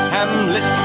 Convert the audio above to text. Hamlet